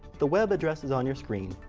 the web address is on your screen.